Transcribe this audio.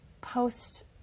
post